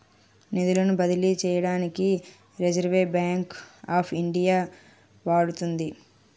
నిధులను బదిలీ చేయడానికి రిజర్వ్ బ్యాంక్ ఆఫ్ ఇండియా వాడుతుంది